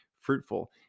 fruitful